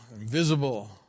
invisible